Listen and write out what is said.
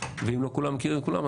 ואם לא כולם מכירים את כולם,